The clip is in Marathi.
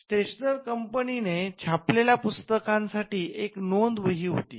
स्टेशनर्स कंपनीने छापलेल्या पुस्तकांसाठी एक नोंद वही होती